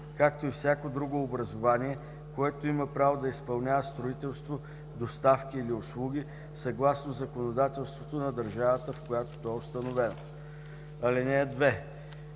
както и всяко друго образувание, което има право да изпълнява строителство, доставки или услуги съгласно законодателството на държавата, в която то е установено. (2)